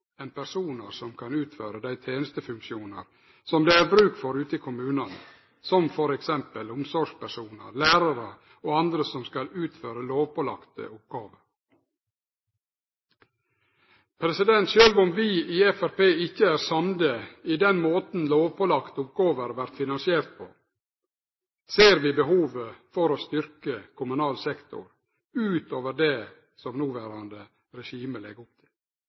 personar som kan utføre dei tenestefunksjonane som det er bruk for ute i kommunane, som t.d. omsorgspersonar, lærarar og andre som skal utføre lovpålagde oppgåver. Sjølv om vi i Framstegspartiet ikkje er samde i den måten lovpålagde oppgåver vert finansierte på, ser vi behovet for å styrkje kommunal sektor ut over det som noverande regime legg opp til.